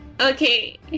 Okay